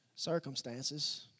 Circumstances